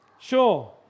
sure